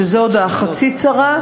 שזה עוד חצי צרה,